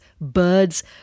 birds